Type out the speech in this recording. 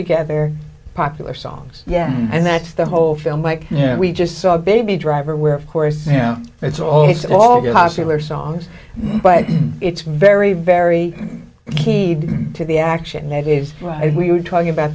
together popular songs yeah and that's the whole film like yeah we just saw a baby driver where of course it's all it's all good hostetler songs but it's very very keyed to the action that is right and we were talking about